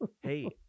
hey